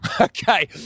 Okay